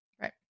right